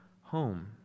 home